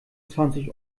zwanzig